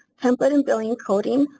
template and billing encoding,